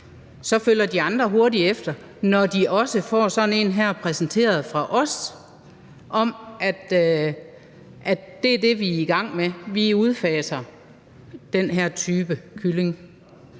følger de andre hurtigt efter, også når de får sådan noget her præsenteret fra os om, at det er det, vi er i gang med: at vi udfaser den her type kylling.